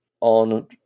On